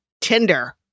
Tinder